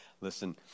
Listen